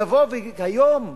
לבוא היום,